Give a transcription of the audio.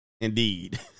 Indeed